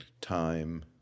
time